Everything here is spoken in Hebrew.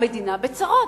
המדינה בצרות.